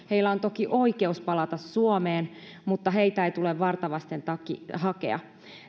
heillä on toki oikeus palata suomeen mutta heitä ei tule varta vasten hakea